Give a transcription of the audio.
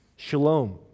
Shalom